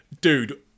Dude